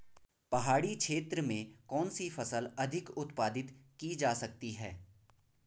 पहाड़ी क्षेत्र में कौन सी फसल अधिक उत्पादित की जा सकती है?